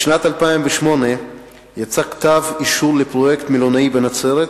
בשנת 2008 יצא כתב אישור לפרויקט מלונאי בנצרת,